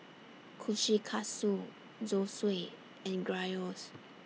Kushikatsu Zosui and Gyros